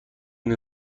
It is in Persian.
این